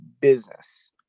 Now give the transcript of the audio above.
business